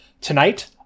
Tonight